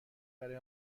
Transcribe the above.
برای